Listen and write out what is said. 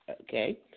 Okay